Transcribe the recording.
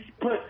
put